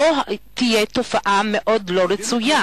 זו תהיה תופעה מאוד לא רצויה.